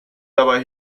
dabei